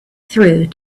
through